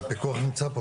הפיקוח נמצא פה.